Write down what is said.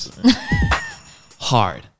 Hard